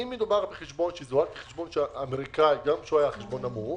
אם מדובר בחשבון שזוהה כחשבון אמריקאי גם כשהוא היה חשבון נמוך,